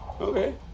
Okay